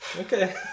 Okay